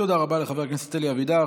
תודה רבה לחבר הכנסת אלי אבידר.